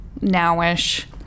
now-ish